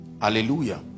Hallelujah